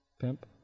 pimp